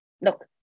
look